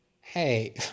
Hey